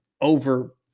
over